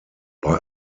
bei